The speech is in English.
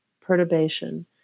perturbation